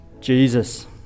Jesus